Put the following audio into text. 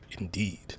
Indeed